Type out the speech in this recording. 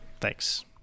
Thanks